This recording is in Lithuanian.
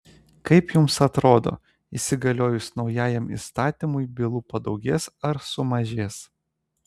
kaip jums atrodo įsigaliojus naujajam įstatymui bylų padaugės ar sumažės